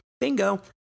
Bingo